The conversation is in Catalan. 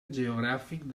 geogràfic